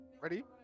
Ready